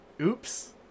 oops